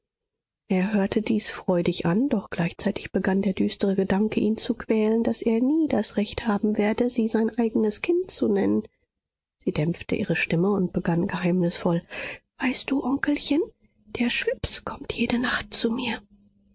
er hörte dies freudig an doch gleichzeitig begann der düstere gedanke ihn zu quälen daß er nie das recht haben werde sie sein eignes kind zu nennen sie dämpfte ihre stimme und begann geheimnisvoll weißt du onkelchen der schwips kommt jede nacht zu mir